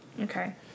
Okay